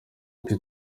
gice